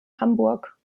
hamburg